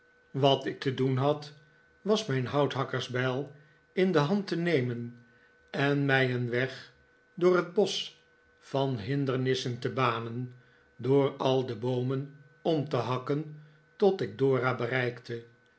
wat ik te doen had was mijn houthakkers bijl in de hand te nemen en mij een weg door het bosch van hindernissen te banen door al de boomen om te hakken tot ik dora bereikte